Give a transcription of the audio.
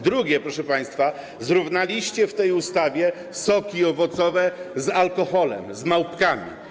Drugie, proszę państwa, zrównaliście w tej ustawie soki owocowe z alkoholem, z małpkami.